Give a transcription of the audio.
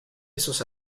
esos